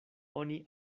oni